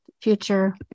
future